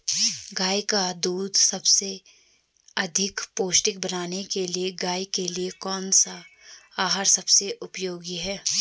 गाय का दूध अधिक पौष्टिक बनाने के लिए गाय के लिए कौन सा आहार सबसे उपयोगी है?